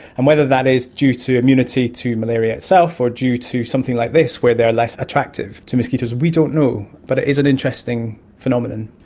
and whether that is due to immunity to malaria itself or due to something like this where they are less attractive to mosquitoes we don't know, but it is an interesting phenomenon.